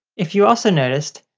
if you also noticed,